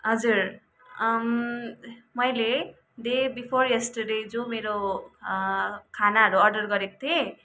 हजुर मैले day before yesterday जो मेरो खानाहरू अर्डर गरेको थिएँ